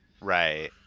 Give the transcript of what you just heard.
Right